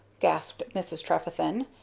gasped mrs. trefethen,